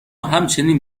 همچنین